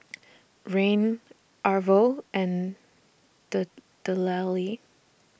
Rahn Arvo and Dellie